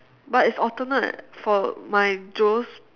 but it's alternate for my Joe's